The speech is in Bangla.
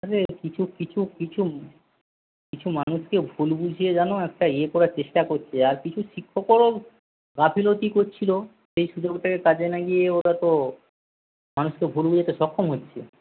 আরে কিছু কিছু কিছু কিছু মানুষকে ভুল বুঝিয়ে জানো একটা ইয়ে করার চেষ্টা করছে আর কিছু শিক্ষকও গাফিলতি করছিল সেই সুযোগটাকে কাজে লাগিয়ে ওরা তো মানুষকে ভুল বোঝাতে সক্ষম হচ্ছে